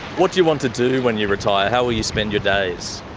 what do you want to do when you retire? how will you spend your days?